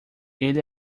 ele